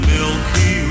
Milky